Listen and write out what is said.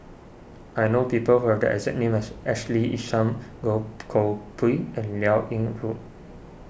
I know people who have the exact name as Ashley Isham Goh Koh Pui and Liao Yingru